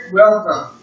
welcome